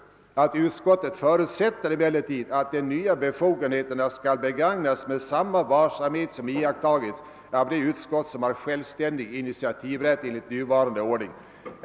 Där framhålles: >»Utskottet förutsätter emellertid, att de nya befogenheterna skall begagnas med samma varsamhet som iakttagits av de utskott som har självständig initiativrätt enligt nuvarande ordning.